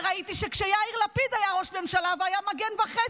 וראיתי שכשיאיר לפיד היה ראש ממשלה והיה "מגן וחץ",